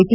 T